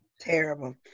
Terrible